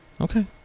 Okay